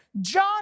John